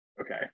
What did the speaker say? Okay